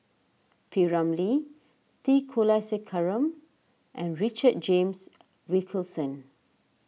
P Ramlee T Kulasekaram and Richard James Wilkinson